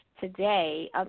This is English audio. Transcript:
today